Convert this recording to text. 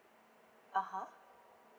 uh (huh)